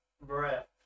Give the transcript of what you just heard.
breath